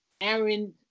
Aaron